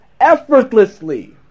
Effortlessly